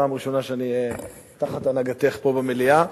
פעם ראשונה שאני תחת הנהגתך פה במליאה.